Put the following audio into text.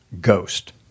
Ghost